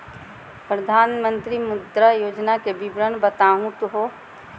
प्रधानमंत्री मुद्रा योजना के विवरण बताहु हो?